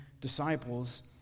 disciples